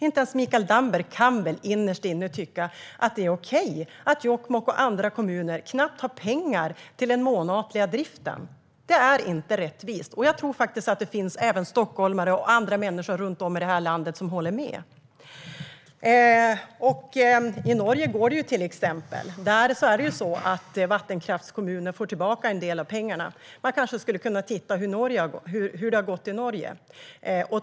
Inte ens Mikael Damberg kan väl innerst inne tycka att det är okej att Jokkmokk och andra kommuner knappt har pengar till den månatliga driften. Det är inte rättvist. Jag tror att det finns även stockholmare och andra runtom i landet som håller med. I Norge går det till exempel. Där får vattenkraftskommuner tillbaka en del av pengarna. Man kanske skulle kunna titta på hur det har gått i Norge.